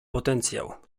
potencjał